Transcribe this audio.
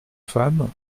femme